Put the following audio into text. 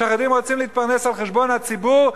שהחרדים רוצים להתפרנס על חשבון הציבור,